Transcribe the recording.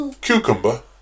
cucumber